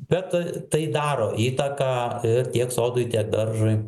bet tai daro įtaką ir tiek sodui tiek daržui